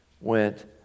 went